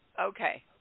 Okay